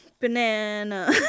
banana